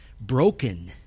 broken